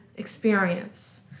experience